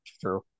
true